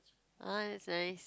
ah that's nice